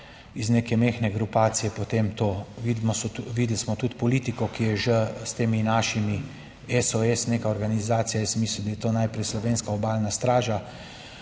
iz neke majhne grupacije potem to vidimo, videli smo tudi politiko, ki je že s temi našimi SOS neka organizacija. Jaz sem mislim, da je to najprej slovenska obalna straža.